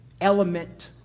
element